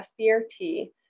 SBRT